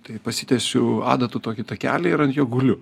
tai pasitiesiu adatų tokį takelį ir ant jo guliu